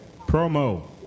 Promo